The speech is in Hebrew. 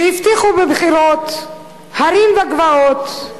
שהבטיחו בבחירות הרים וגבעות: